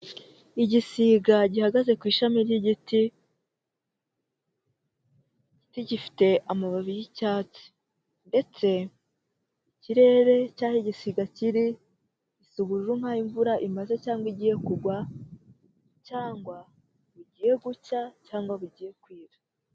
Igisiga gihagaze ku ishami ry'igiti, igiti gifite amababi y'icyatsi ndetse ikirere cy'aho igisiga kiri gisa ubururu nk'aho imvura imaze cyangwa igiye kugwa, cyangwa bugiye gucya cyangwa bugiye kwira.